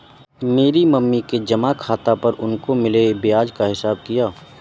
मैंने मम्मी के जमा खाता पर उनको मिले ब्याज का हिसाब किया